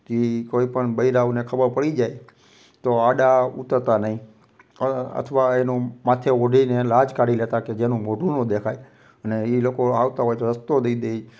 કે એ કોઈપણ બૈરાંઓને ખબર પડી જાય તો આડા ઊતરતા નહીં અથવા એનો માથે ઓઢીને લાજ કાઢી લેતા કે જેનું મોઢું ન દેખાય અને એ લોકો આવતા હોય તો રસ્તો દઈ દે